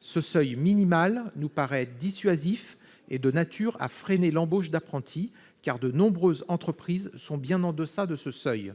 Ce seuil minimal nous paraît dissuasif et de nature à freiner l'embauche d'apprentis, car de nombreuses entreprises sont bien en deçà de ce seuil.